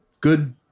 good